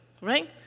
Right